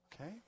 Okay